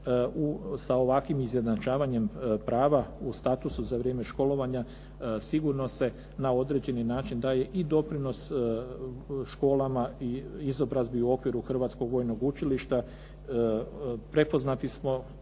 Sa ovakvim izjednačavanjem prava u statusu za vrijeme školovanja sigurno se na određeni način daje i doprinos školama i izobrazbi u okviru Hrvatskog vojnog učilišta, prepoznati smo